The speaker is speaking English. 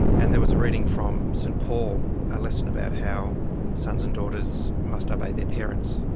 and there was a reading from st paul, a lesson about how sons and daughters must obey their parents.